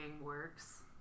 works